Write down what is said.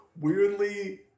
weirdly